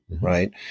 right